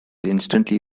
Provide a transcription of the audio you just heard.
instantly